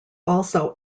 also